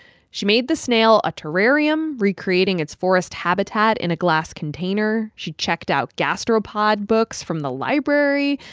she made the snail a terrarium, recreating its forest habitat in a glass container. she checked out gastropod books from the library.